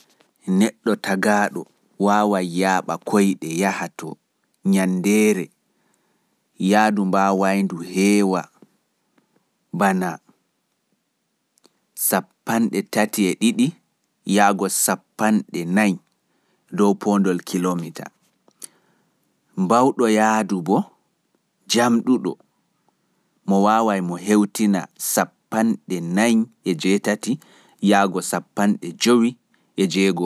Neɗɗo tagaaɗo wawai yaaɓa koiɗe mun yaha to nyandere, yaadu mbaawaindu hewa kilomita cappande tati e didi yago cappande nayi e jowi (thirty two to fourty five km )dow poondol kilomita. tagaaɗo mbawɗo yaadu njamɗuɗo bo wawai hewtina cappande nayi e jetati yago cappande jowi e jego (fourty eight to fifty six kilometers)